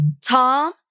Tom